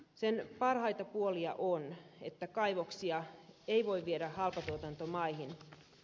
sen parhaita puolia on että kaivoksia ei voi viedä halpatuotantomaihin